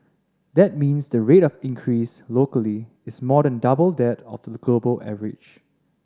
that means the rate of increase locally is more than double that of the global average